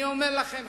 אני אומר לכם,